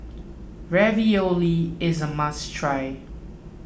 Ravioli is a must try